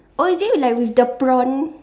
oh is it like with the prawn